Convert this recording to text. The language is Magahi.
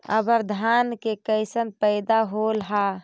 अबर धान के कैसन पैदा होल हा?